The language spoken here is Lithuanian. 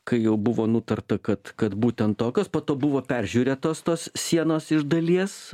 kai jau buvo nutarta kad kad būtent tokios po to buvo peržiūrėtos tos sienos iš dalies